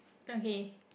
okay